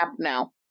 now